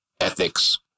Ethics